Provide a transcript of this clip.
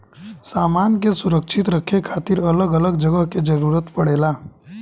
सामान के सुरक्षित रखे खातिर अलग अलग जगह के जरूरत पड़ेला